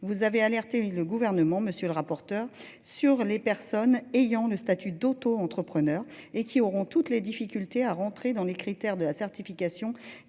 vous avez alerté le gouvernement. Monsieur le rapporteur. Sur les personnes ayant le statut d'auto-entrepreneur et qui auront toutes les difficultés à rentrer dans les critères de la certification